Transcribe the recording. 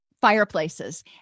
fireplaces